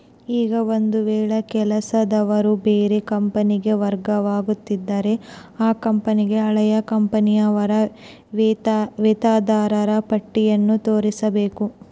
ಈಗ ಒಂದು ವೇಳೆ ಕೆಲಸದವರು ಬೇರೆ ಕಂಪನಿಗೆ ವರ್ಗವಾಗುತ್ತಿದ್ದರೆ ಆ ಕಂಪನಿಗೆ ಹಳೆಯ ಕಂಪನಿಯ ಅವರ ವೇತನದಾರರ ಪಟ್ಟಿಯನ್ನು ತೋರಿಸಬೇಕು